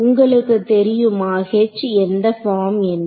உங்களுக்கு தெரியுமா H எந்த பார்ம் என்று